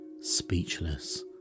speechless